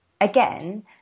again